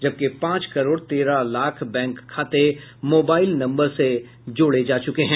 जबकि पांच करोड़ तेरह लाख बैंक खाते मोबाइल नम्बर से जोड़े जा चुके हैं